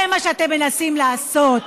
זה מה שאתם מנסים לעשות.